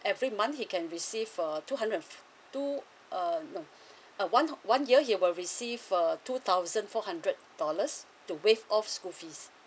every month he can received uh two hundred and fif~ two uh no uh one uh one year you will received uh two thousand four hundred dollars to waive off school fees